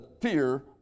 fear